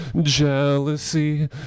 jealousy